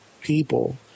people